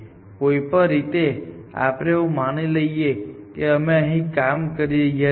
કોઈપણ રીતે આપણે એવું માની લઈએ કે અમે અહીં કામ કરી રહ્યા છીએ